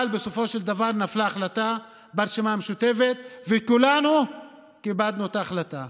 אבל בסופו של דבר נפלה החלטה ברשימה המשותפת וכולנו כיבדנו את ההחלטה,